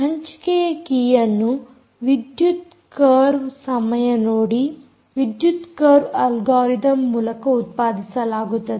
ಹಂಚಿಕೆಯ ಕೀಯನ್ನು ವಿದ್ಯುತ್ ಕರ್ವ್ ಸಮಯ ನೋಡಿ 2513 ಆಲ್ಗೊರಿತಮ್ ಮೂಲಕ ಉತ್ಪಾದಿಸಲಾಗುತ್ತದೆ